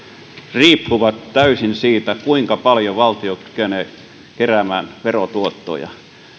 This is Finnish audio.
riippuvat täysin siitä kuinka paljon valtio kykenee keräämään verotuottoja